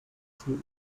proof